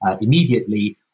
immediately